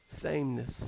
sameness